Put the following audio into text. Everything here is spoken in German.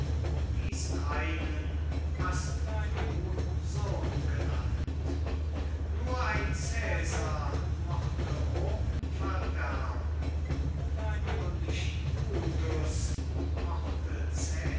diesen einen hast du sohn genannt nur ein cäsar mochte rom verderben nur nicht brutus mochte